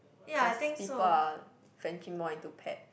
cause people are venturing more into pet